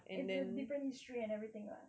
it's a different history and everything lah